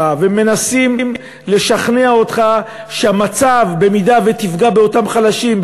בה ומנסים לשכנע אותך שאם תפגע באותם חלשים,